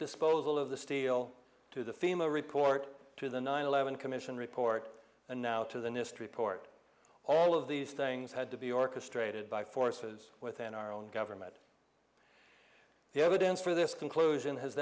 disposal of the steel to the fema report to the nine eleven commission report and now to the nist report all of these things had to be orchestrated by forces within our own government the evidence for this conclusion has